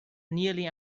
nearly